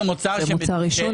זה מוצר עישון.